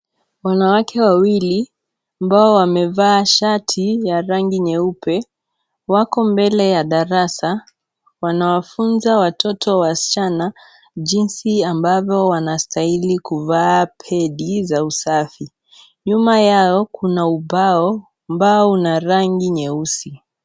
Wanawake wawili, ambao wamevaa shati ya rangi nyeupe wako mbele ya darasa, wanawafunza watoto wasichana jinsi ambavyo wanastahili kuvaa pedi za usafi, nyuma yao kuna ubao ambao una rangi nyeusi.